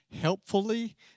helpfully